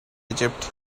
egypt